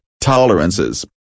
tolerances